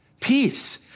peace